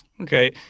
Okay